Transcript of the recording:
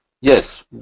yes